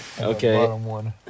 Okay